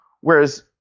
whereas